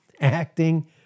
acting